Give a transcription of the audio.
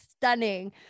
stunning